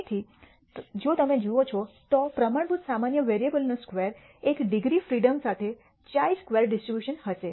તેથી જો તમે જુઓ છો તો પ્રમાણભૂત સામાન્ય વેરીએબલ નો સ્ક્વેર એક ડિગ્રી ફ્રીડમ સાથે χ સ્ક્વેર ડિસ્ટ્રીબ્યુશન હશે